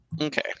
Okay